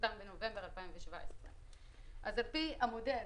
שנחתם בנובמבר 2017. לפי המודל